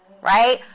right